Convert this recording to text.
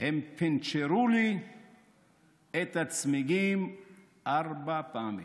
הם פנצ'רו לי את הצמיגים ארבע פעמים.